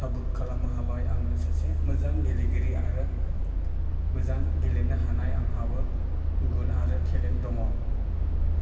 साबुथ खालामनो हाबाय आङो सासे मोजां गेलेगिरि आरो मोजां गेलेनो हानाय आंहाबो गुन आरो टेलेन्ट दङ